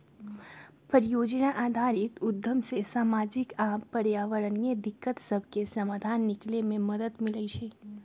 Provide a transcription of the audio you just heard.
परिजोजना आधारित उद्यम से सामाजिक आऽ पर्यावरणीय दिक्कत सभके समाधान निकले में मदद मिलइ छइ